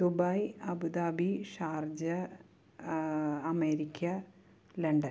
Dubai Abu Dhabi Sharjah America London